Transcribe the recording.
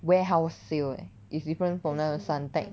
warehouse sale eh is different from 那个 Suntec